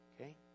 okay